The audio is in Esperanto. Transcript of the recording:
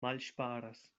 malŝparas